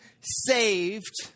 saved